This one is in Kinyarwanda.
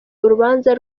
urubanza